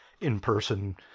in-person